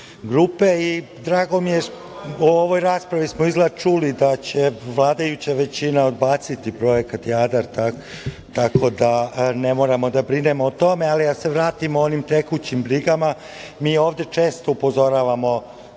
mi je što smo u ovoj raspravi čuli da će vladajuća većina odbaciti projekat Jadar, tako da ne moramo da brinemo o tome, ali da se vratimo onim tekućim brigama. Mi ovde često upozoravamo